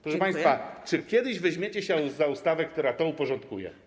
Proszę państwa, czy kiedyś weźmiecie się za ustawę, która to uporządkuje?